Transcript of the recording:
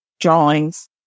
drawings